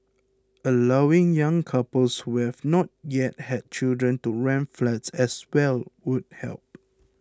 allowing young couples with not yet had children to rent flats as well would help